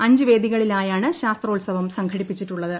അഞ്ചു വേദികളിലായാണ് ശാസ്ത്രോത്സവം സംഘടിപ്പിച്ചിട്ടുള്ളത്